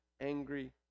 angry